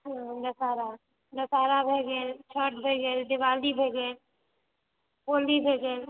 ओ दशहरा दशहरा भए गेल छठि भए गेल गेल दिवाली भए गेल होली भए गेल